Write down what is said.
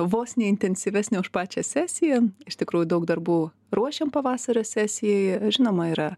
vos ne intensyvesnė už pačią sesiją iš tikrųjų daug darbų ruošiam pavasario sesijai žinoma yra